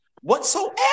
whatsoever